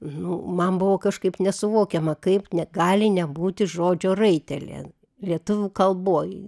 nu man buvo kažkaip nesuvokiama kaip negali nebūti žodžio raitelė lietuvių kalboj